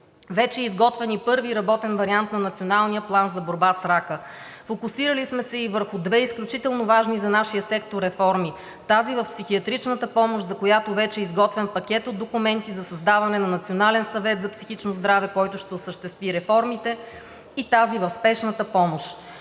Вече е изготвен и първи работен вариант на Националния план за борба с рака. Фокусирали сме се и върху две изключително важни за нашия сектор реформи – тази в психиатричната помощ, за която вече е изготвен пакет от документи, за създаване на Национален съвет за психично здраве, който ще осъществи реформите, и тази в Спешната помощ.